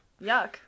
Yuck